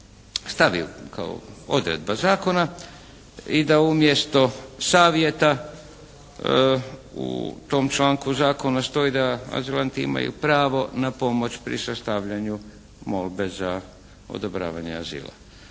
stavi kao odredba zakona i da umjesto savjeta u tom članku zakona stoji da azilanti imaju pravo na pomoć pri sastavljanju molbe za odobravanje azila.